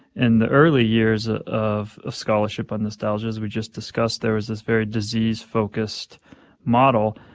in the early years of of scholarship on nostalgia, as we just discussed, there was this very disease-focused model.